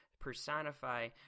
personify